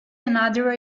another